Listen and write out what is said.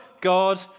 God